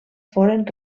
foren